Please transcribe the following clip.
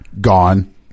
gone